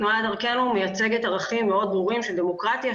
תנועת דרכנו מייצגת ערכים מאוד ברורים של דמוקרטיה,